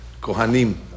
Kohanim